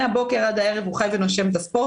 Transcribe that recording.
מהבוקר עד הערב הוא חי ונושם את הספורט